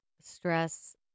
Stress